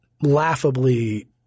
laughably –